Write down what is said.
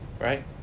Right